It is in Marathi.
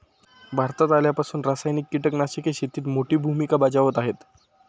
भारतात आल्यापासून रासायनिक कीटकनाशके शेतीत मोठी भूमिका बजावत आहेत